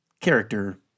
character